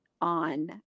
on